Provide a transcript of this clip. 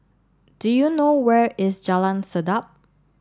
do you know where is Jalan Sedap